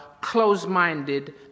close-minded